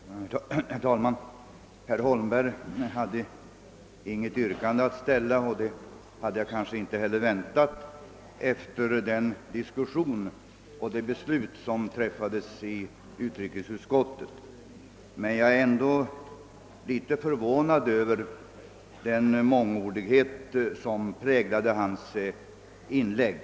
Herr talman! Herr Holmberg ställde inget yrkande, och jag hade kanske inte heller väntat att han skulle göra det efter den diskussion som förts och det beslut som fattats i utrikesutskottet. Men jag är ändå litet förvånad över den mångordighet som präglade hans inlägg.